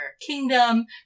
kingdom